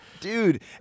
dude